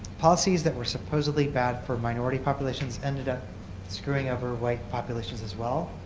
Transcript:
policies that were supposedly bad for minority populations ended up screwing over white populations as well.